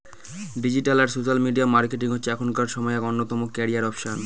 digital আর social media marketing হচ্ছে এখনকার সময়ে এক অন্যতম ক্যারিয়ার অপসন